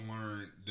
learn